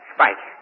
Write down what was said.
Spike